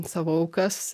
savo aukas